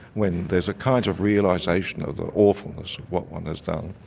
when there's a kind of realisation of the awfulness of what one has done.